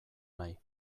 nahi